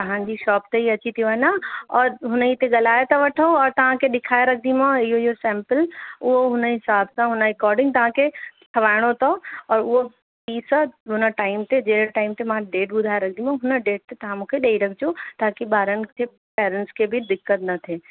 तव्हांजी शोप ते ही अची थी वञा और हुन ई ते ॻाल्हाए था वठूं और तव्हांखे ॾेखारे रखंदीमांव इहो इहो सैम्पल उहो हुन हिसाब सां हुनजे अकोर्डिंग तव्हांखे ठराइणो अथव और उहो पीस हुन टाइम ते जहिड़े टाइम ते मां डेट ॿुधाए रखंदीमांव हुन डेट ते तव्हां मूंखे ॾेई रखिजो ताकि ॿारनि खे पैरेंस खे बि दिक़त न थिए